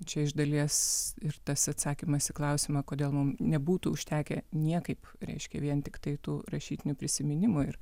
čia iš dalies tas atsakymas į klausimą kodėl mum nebūtų užtekę niekaip reiškia vien tiktai tų rašytinių prisiminimų ir